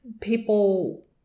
people